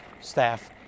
staff